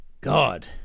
God